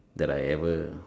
that I ever